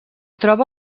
troba